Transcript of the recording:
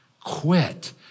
quit